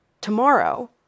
tomorrow